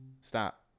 stop